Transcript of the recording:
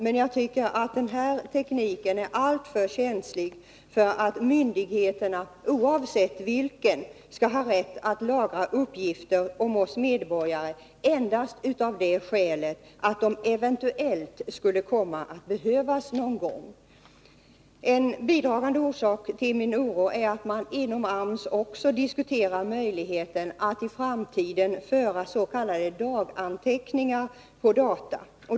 Men jag tycker att den här tekniken är alltför känslig för att myndigheterna, oavsett vilka, skall ha rätt att lagra uppgifter om oss medborgare endast av det skälet att uppgifterna eventuellt skulle komma att behövas någon gång. En bidragande orsak till min oro är att man inom AMS också diskuterar möjligheten att i framtiden föra s.k. daganteckningar på data.